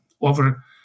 over